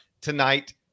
tonight